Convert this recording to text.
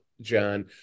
John